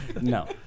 No